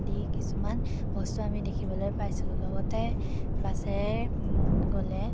দি কিছুমান বস্তু আমি দেখিবলৈ পাইছোঁ লগতে বাছেৰে গ'লে